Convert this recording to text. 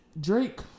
Drake